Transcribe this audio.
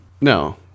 no